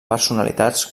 personalitats